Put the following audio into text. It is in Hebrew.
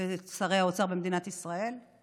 בין שרי האוצר במדינת ישראל.